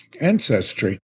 ancestry